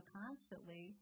constantly